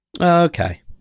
okay